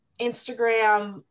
Instagram